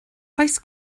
oes